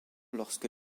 lorsque